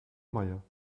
meier